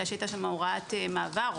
והייתה שם הוראת מעבר,